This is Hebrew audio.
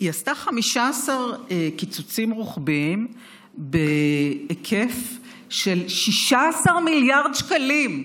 עשתה 15 קיצוצים רוחביים בהיקף 16 מיליארד שקלים.